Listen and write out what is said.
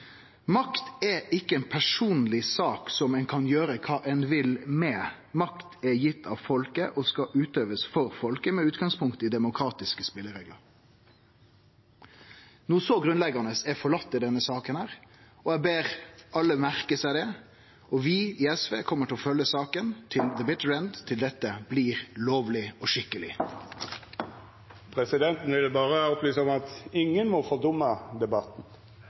Makt er ikkje ei personleg sak som ein kan gjere kva ein vil med. Makt er gitt av folket og skal utøvast for folket, med utgangspunkt i demokratiske spelereglar. Noko så grunnleggjande er forlate i denne saka, og eg ber alle merke seg det. Vi i SV kjem til å følgje saka til «the bitter end», til dette blir lovleg og skikkeleg. Presidenten vil berre opplysa om at ingen må fordumma debatten.